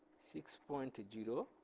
six point zero,